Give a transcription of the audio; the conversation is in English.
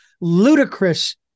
ludicrous